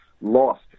lost